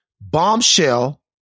bombshell